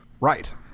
Right